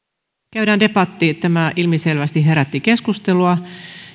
käydään debatti tämä ilmiselvästi herätti keskustelua